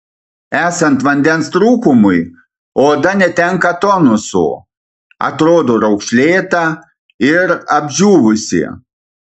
esant vandens trūkumui oda netenka tonuso atrodo raukšlėta ir apdžiūvusi